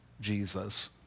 Jesus